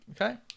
Okay